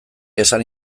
esan